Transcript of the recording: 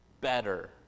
better